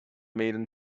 maiden